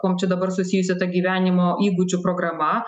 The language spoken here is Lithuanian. kuom čia dabar susijusi ta gyvenimo įgūdžių programa